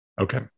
Okay